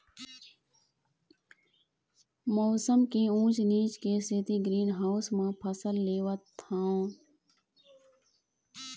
मउसम के ऊँच नीच के सेती ग्रीन हाउस म फसल लेवत हँव